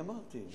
אמרתי.